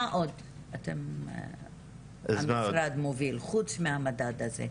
מה עוד המשרד מוביל חוץ מהמדד הזה?